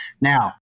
Now